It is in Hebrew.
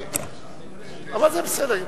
אבל זה בסדר.